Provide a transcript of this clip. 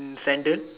in sandal